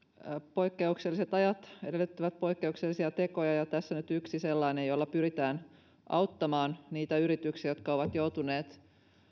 poikkeukselliset ajat edellyttävät poikkeuksellisia tekoja ja tässä on nyt yksi sellainen tällä pyritään auttamaan niitä yrityksiä jotka ovat joutuneet